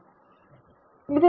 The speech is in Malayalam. V